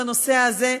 בנושא הזה.